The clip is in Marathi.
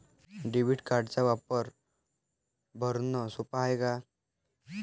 डेबिट कार्डचा वापर भरनं सोप हाय का?